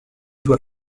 doit